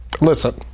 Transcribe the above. Listen